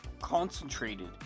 concentrated